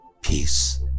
peace